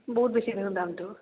বহুত বেছি দেখোন দামটো